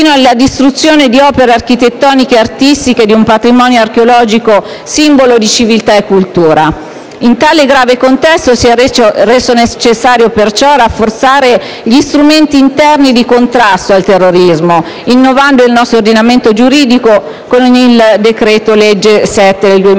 sino alla distruzione di opere architettoniche e artistiche e di un patrimonio archeologico simbolo di civiltà e cultura. In tale grave contesto si è reso necessario perciò rafforzare gli strumenti interni di contrasto al terrorismo, innovando il nostro ordinamento giuridico con il decreto-legge n. 7 del 2015.